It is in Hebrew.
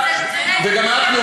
וגם את,